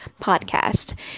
podcast